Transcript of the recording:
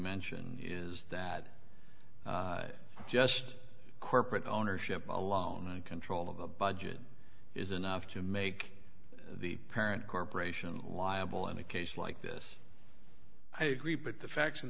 mention is that just corporate ownership alone and control of a budget is enough to make the parent corporation liable in a case like this i agree but the facts in